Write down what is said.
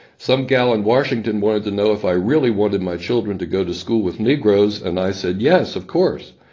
some gal in washington wanted to know if i really wanted my children to go to school with negroes. and i said yes, of course.